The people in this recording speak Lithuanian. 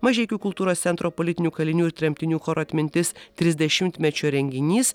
mažeikių kultūros centro politinių kalinių ir tremtinių choro atmintis trisdešimtmečio renginys